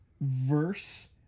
verse